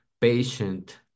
patient